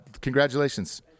Congratulations